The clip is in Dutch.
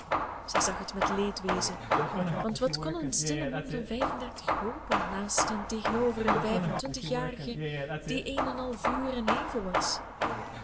zij zag het met leedwezen want wat kon een stille man van vijf en dertig hopen naast en tegenover een vijf en twintigjarige die een en al vuur en leven was